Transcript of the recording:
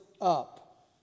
up